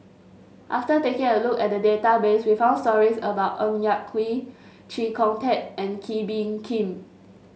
after taking a look at the database we found stories about Ng Yak Whee Chee Kong Tet and Kee Bee Khim